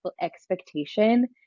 expectation